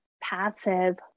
passive